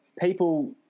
people